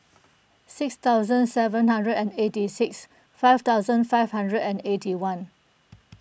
six thousand seven hundred and eighty six five thousand five hundred and eighty one